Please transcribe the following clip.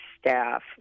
staff